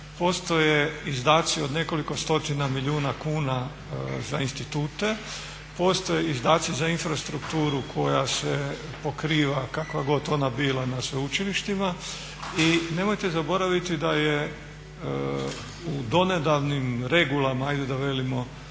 postoje izdaci od nekoliko stotina milijuna kuna za institute, postoje izdaci za infrastrukturu koja se pokriva kakva god ona bila na sveučilištima. I nemojte zaboraviti da je u donedavnim regulama ajde da velimo